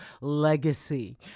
legacy